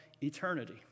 eternity